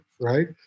right